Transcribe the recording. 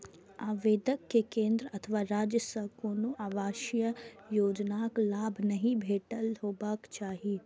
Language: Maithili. आवेदक कें केंद्र अथवा राज्य सं कोनो आवासीय योजनाक लाभ नहि भेटल हेबाक चाही